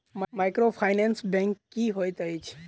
Microfinance bank की होइत अछि?